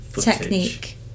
Technique